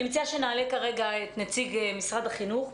אני מציעה שנעלה כרגע את נציג משרד החינוך.